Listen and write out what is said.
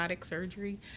Surgery